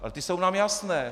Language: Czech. Ale ty jsou nám jasné.